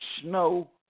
snow